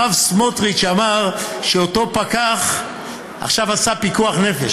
הרב סמוטריץ אמר שאותו פקח עכשיו עשה פיקוח נפש.